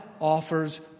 offers